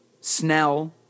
Snell